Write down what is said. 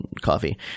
coffee